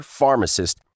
pharmacist